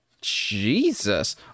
jesus